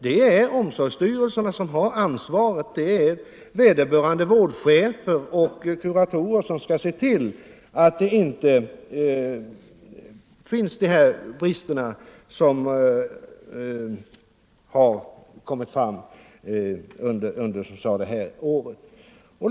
Det är omsorgsstyrelserna som har = psykiskt utveckansvaret, det är vederbörande vårdchefer och kuratorer som skall se till, — lingsstörda att det inte förekommer sådana brister som har kommit fram under det här året.